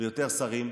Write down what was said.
ויותר שרים,